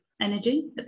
energy